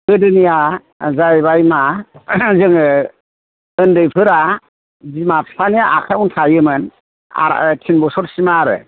गोदोनिया जाहैबाय मा जोङो ओन्दैफोरा बिमा फिफानि आखाइयावनो थायोमोन आराइ थिन बोसोरसिमा आरो